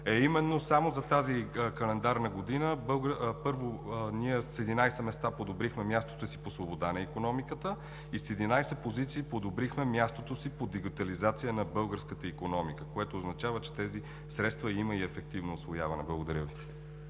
е именно само за тази календарна година. Първо, ние с 11 места подобрихме мястото си по свобода на икономиката и с 11 позиции подобрихме мястото си по дигитализация на българската икономика, което означава, че тези средства имат и ефективно усвояване. Благодаря Ви.